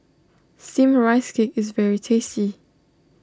Steamed Rice Cake is very tasty